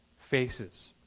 faces